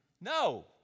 No